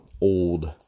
old